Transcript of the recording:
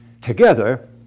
Together